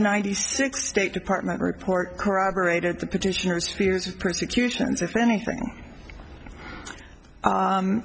ninety six state department report corroborated the petitioners fears persecutions if anything